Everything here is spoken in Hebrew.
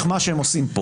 -- ולקרוע את העם.